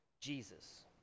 Jesus